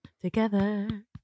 together